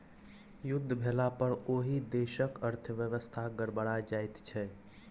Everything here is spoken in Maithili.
युद्ध भेलापर ओहि देशक अर्थव्यवस्था गड़बड़ा जाइत छै